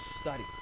study